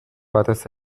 batez